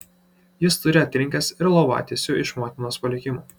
jis turi atrinkęs ir lovatiesių iš motinos palikimo